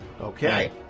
Okay